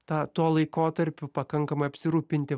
tą tuo laikotarpiu pakankamai apsirūpinti